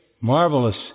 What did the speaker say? marvelous